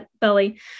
belly